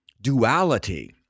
duality